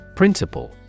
Principle